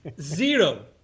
Zero